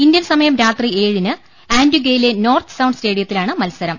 Indian സമയം രാത്രി ഏഴിന് ആന്റിഗ്വയിലെ നോർത്ത് സൌണ്ട് സ്റ്റേഡിയത്തിലാണ് മത്സ രം